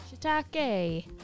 shiitake